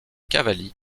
cavalli